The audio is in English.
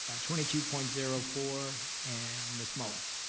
ah twenty two point zero four and miss muller.